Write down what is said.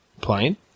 plane